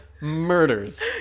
murders